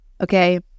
okay